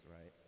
right